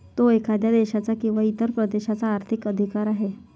तो एखाद्या देशाचा किंवा इतर प्रदेशाचा आर्थिक अधिकार आहे